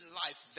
life